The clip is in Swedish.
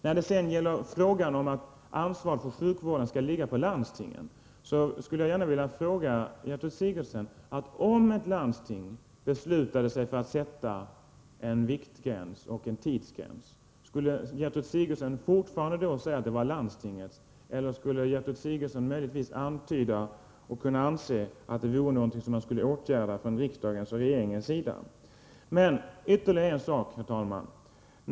När det sedan gäller frågan om att ansvaret för sjukvården skall ligga på landstingen skulle jag vilja fråga Gertrud Sigurdsen: Om ett landsting beslutade sig för att sätta en viktgräns och en tidsgräns, skulle Gertrud Sigurdsen då fortfarande säga att det var landstingets ansvar, eller skulle hon möjligtvis kunna anse att det var någonting som borde åtgärdas från riksdagens och regeringens sida? Ytterligare en sak, herr talman.